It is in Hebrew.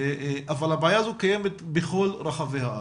אבל הבעיה הזו קיימת בכל רחבי הארץ,